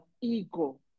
ego